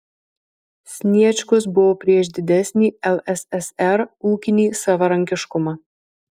sniečkus buvo prieš didesnį lssr ūkinį savarankiškumą